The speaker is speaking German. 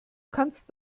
kannst